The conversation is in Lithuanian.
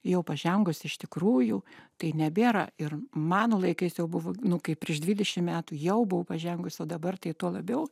jau pažengusi iš tikrųjų tai nebėra ir mano laikais jau buvo nu kaip prieš dvidešim metų jau buvo pažengus o dabar tai tuo labiau